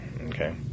okay